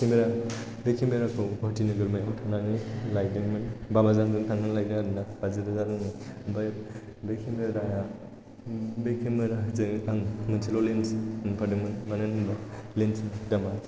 बे केमेरा खौ गुवाहाटि नोगोरमायाव थांनानै लायदोंमोन बाबाजों आंजों थांनानै लायदों आरोना बाजि रोजा रांनि ओमफ्राय बे केमेरा जों आं मोनसेल' लेन्स मोनफादोंमोन मानो होनोब्ला लेन्स नि दामा